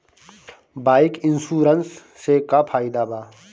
Bike insurance से का फायदा बा?